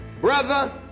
brother